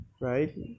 right